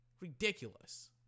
Ridiculous